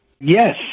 Yes